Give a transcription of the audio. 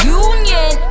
union